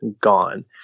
gone